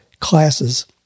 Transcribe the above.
classes